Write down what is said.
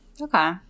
Okay